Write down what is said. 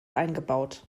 eingebaut